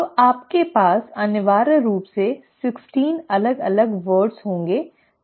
तो आपके पास अनिवार्य रूप से 16 अलग अलग शब्द होंगे